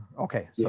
okay